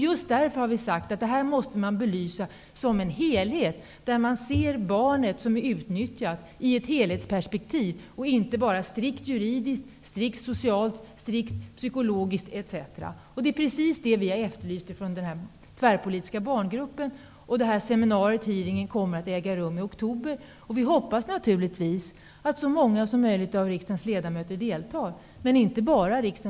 Just därför måste dessa frågor belysas i sin helhet, där man ser det utnyttjade barnet i ett helhetsperspektiv och inte bara strikt juridiskt, strikt socialt, strikt psykologiskt etc., vilket vi i den tvärpolitiska barngruppen har efterlyst. Hearingen kommer att äga rum i oktober. Vi hoppas naturligtvis att så många av riksdagens ledamöter som möjligt kommer att delta.